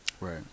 Right